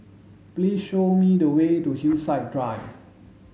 please show me the way to Hillside Drive